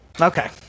Okay